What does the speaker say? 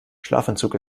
schlafentzug